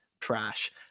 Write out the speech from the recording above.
trash